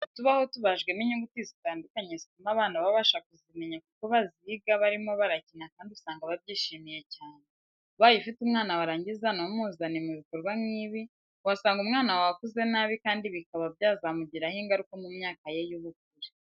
Utubaho tubajwemo inyuguti zitandukanye zituma abana babasha kuzimenya kuko baziga barimo barakina kandi usanga babyishimiye cyane. Ubaye ufite umwana warangiza ntumuzane mu bikorwa nk'ibi ,wasanga umwana wawe akuze nabi kandi bikaba byazamugiraho ingaruka mu myaka ye y'ubukure.